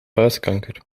huidkanker